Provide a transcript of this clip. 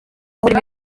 ubaho